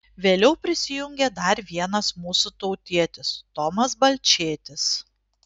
vėliau prisijungė dar vienas mūsų tautietis tomas balčėtis